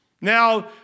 Now